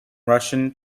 russian